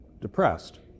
depressed